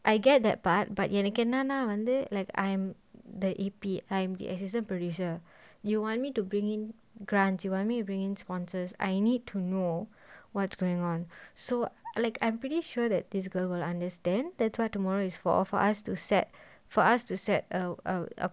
I get that part but என்னகென்னனாவந்து:ennakennana vandhu like I'm the A_P I am the assistant producer you want me to bring in grants you want me you bring in sponsors I need to know what's going on so like I'm pretty sure that this girl will understand that's why tomorrow is for for us to set for us to set a a a